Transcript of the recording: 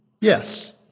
yes